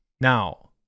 Now